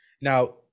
now